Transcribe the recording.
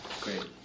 Great